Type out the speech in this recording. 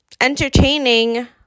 entertaining